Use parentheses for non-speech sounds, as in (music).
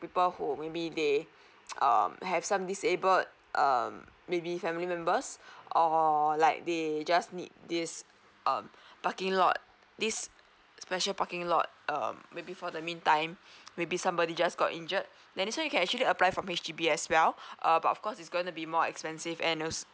people who maybe they (noise) um have some disabled um maybe family members or like they just need this um parking lot this special parking lot um maybe for the mean time maybe somebody just got injured then this one you can actually apply from H_D_B as well err of course it's gonna be more expensive and all